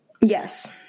Yes